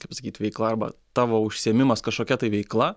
kaip pasakyt veikla arba tavo užsiėmimas kažkokia tai veikla